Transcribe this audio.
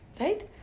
Right